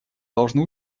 должны